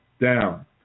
down